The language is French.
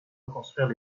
reconstruire